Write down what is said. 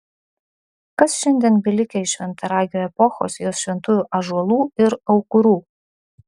kas šiandien belikę iš šventaragio epochos jos šventųjų ąžuolų ir aukurų